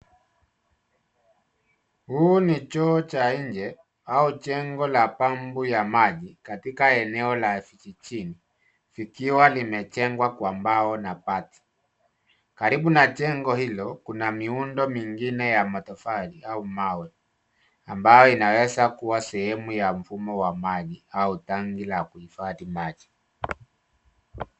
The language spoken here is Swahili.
Huu ni choo cha nje au jengo la pampu ya maji katika eneo la vijijini vikiwa limejengwa kwa mbao na bati. Karibu na jengo hilo kuna miundo mingine ya matofali au mawe ambayo inaweza kuwa sehemu ya mfumo wa maji au tanki la kuifadhi maji.